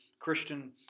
Christian